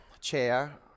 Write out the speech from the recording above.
chair